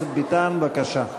חבר הכנסת ביטן, בבקשה.